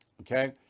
Okay